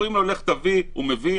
אומרים לו "לך תביא" והוא מביא.